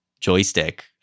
joystick